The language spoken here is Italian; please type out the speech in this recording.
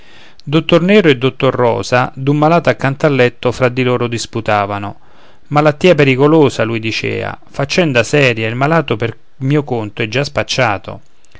dottor nero e dottor rosa d'un malato accanto al letto fra di loro disputavano malattia pericolosa l'un dicea faccenda seria il malato per mio conto è già spacciato